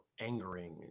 angering